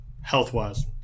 health-wise